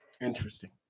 Interesting